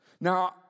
Now